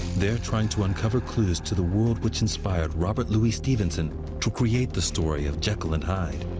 they're trying to uncover clues to the world which inspired robert louis stevenson to create the story of jekyll and hyde.